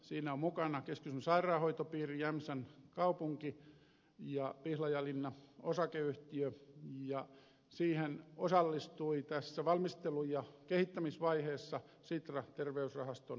siinä ovat mukana keski suomen sairaanhoitopiiri jämsän kaupunki ja pihlajalinna osakeyhtiö ja siihen osallistui tässä valmistelu ja kehittämisvaiheessa sitra terveysrahaston kanssa